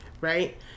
right